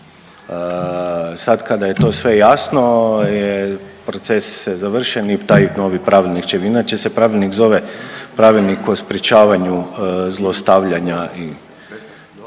Sad kada je to sve jasno je proces se završen i taj novi pravilnik će, inače se pravilnik zove Pravilnik o sprječavanju zlostavljanja,